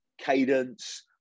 cadence